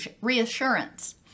reassurance